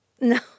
no